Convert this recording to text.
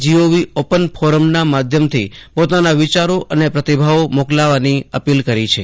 GOV open ફોરમના માધ્યમથી પોતાના વિચારો અને પ્રતિભાવો મોકલવાની અપીલ કરી છે